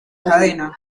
cadena